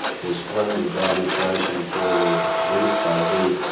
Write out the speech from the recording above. his splendid body flashing forward, leap by leap,